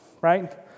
right